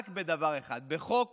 רק בדבר אחד, בחוק